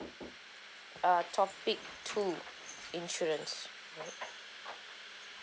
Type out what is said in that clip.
uh topic two insurance